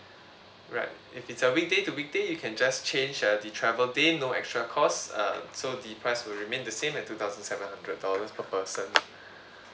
right if it's a weekday to weekday you can just change uh the travel date no extra cost uh so the price will remain the same at two thousand seven hundred dollars per person